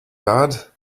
bad